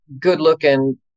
good-looking